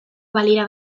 balira